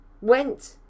went